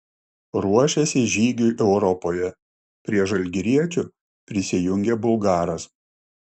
ruošiasi žygiui europoje prie žalgiriečių prisijungė bulgaras